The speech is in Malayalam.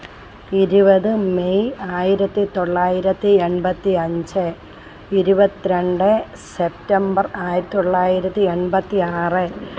ഇരുപത് മെയ് ആയിരത്തി തൊള്ളായിരത്തി എണ്പത്തി അഞ്ച് ഇരുപത്തി രണ്ട് സെപ്റ്റംബര് ആയിരത്തി തൊള്ളായിരത്തി എണ്പത്തി ആറ്